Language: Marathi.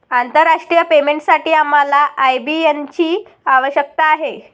आंतरराष्ट्रीय पेमेंटसाठी आम्हाला आय.बी.एन ची आवश्यकता आहे